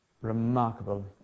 remarkable